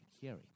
hearing